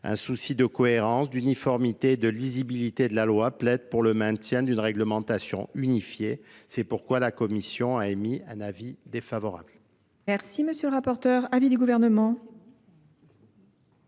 un Transilien de France d'uniformité et de lisibilité de la loi plaide pour le maintien d'une réglementation unifiée. C'est pourquoi la Commission a émis un avis défavorable.